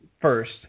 first